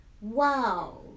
wow